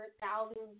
thousands